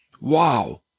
Wow